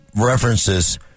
references